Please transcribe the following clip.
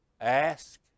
Ask